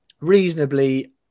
reasonably